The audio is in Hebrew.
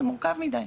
זה מורכב מדי.